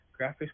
graphics